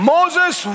Moses